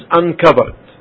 uncovered